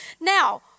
now